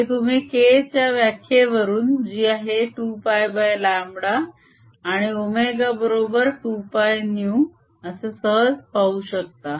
हे तुम्ही k च्या व्याख्येवरून जी आहे 2πλ आहे आणि ω बरोबर 2πυ सहज पाहू शकता